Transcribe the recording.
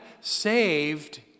saved